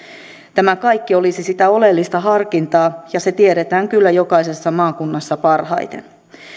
tämä kaikki olisi sitä oleellista harkintaa ja se tiedetään kyllä jokaisessa maakunnassa parhaiten